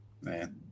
Man